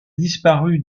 disparu